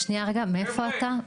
שנייה רגע, מאיפה אתה?